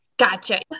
gotcha